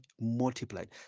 multiplied